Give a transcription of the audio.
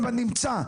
הם בנמצא,